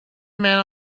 man